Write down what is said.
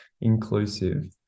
inclusive